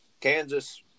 Kansas